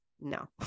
No